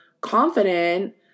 confident